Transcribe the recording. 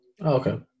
Okay